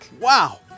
Wow